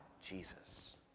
Jesus